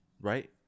Right